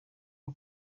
rwo